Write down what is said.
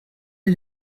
est